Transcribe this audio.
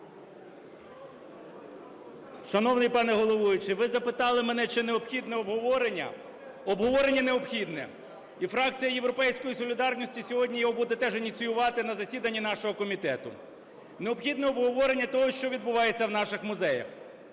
Шановний пане головуючий, ви запитали мене, чи необхідне обговорення? Обговорення необхідне. І фракція "Європейська солідарність" сьогодні його буде теж ініціювати на засіданні нашого комітету. Необхідне обговорення того, що відбувається у наших музеях.